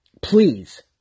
Please